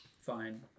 Fine